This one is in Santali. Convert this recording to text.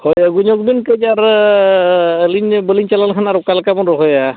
ᱦᱳᱭ ᱟᱹᱜᱩ ᱧᱚᱜ ᱵᱤᱱ ᱠᱟᱹᱡ ᱟᱨ ᱟᱹᱞᱤᱧ ᱵᱟᱹᱞᱤᱧ ᱪᱟᱞᱟᱣ ᱞᱮᱱᱠᱷᱟᱱ ᱚᱠᱟ ᱞᱮᱠᱟ ᱵᱤᱱ ᱨᱚᱦᱚᱭᱟ